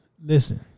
listen